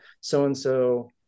so-and-so